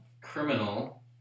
Criminal